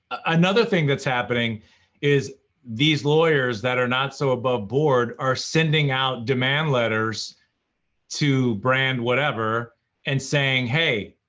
another thing that's happening is these lawyers that are not so above-board are sending out demand letters to brand whatever and saying, hey,